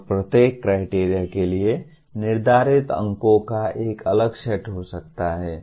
और प्रत्येक क्राइटेरिया के लिए निर्धारित अंकों का एक अलग सेट हो सकता है